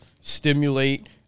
stimulate